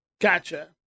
Gotcha